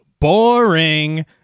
boring